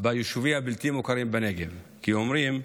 ביישובים הבלתי-מוכרים בנגב, כי אומרים: